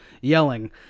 yelling